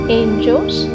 angels